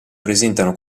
presentano